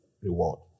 reward